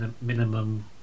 minimum